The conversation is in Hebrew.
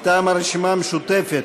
מטעם הרשימה המשותפת: